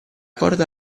corda